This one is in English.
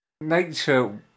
nature